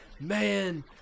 man